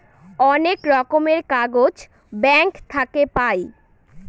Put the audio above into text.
অনেক রকমের কাগজ ব্যাঙ্ক থাকে পাই